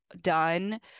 done